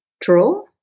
draw